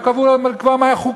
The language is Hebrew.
רק קבעו לקבוע מה חוקי,